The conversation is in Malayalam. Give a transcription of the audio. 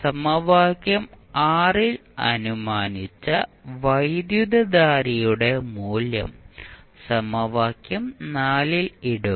സമവാക്യം ൽ അനുമാനിച്ച വൈദ്യുതധാരയുടെ മൂല്യം സമവാക്യം ൽ ഇടും